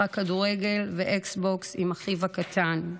משחק כדורגל ואקס בוקס עם אחיו הקטן,